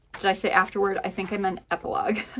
did i say afterward? i think i meant epilogue.